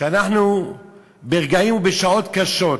כשאנחנו ברגעים ובשעות קשים,